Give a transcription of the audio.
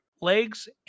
legs